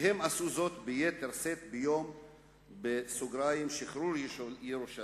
והם עשו זאת ביתר שאת ביום "שחרור ירושלים",